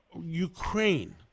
Ukraine